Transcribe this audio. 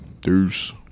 Deuce